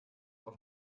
auf